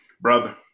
Brother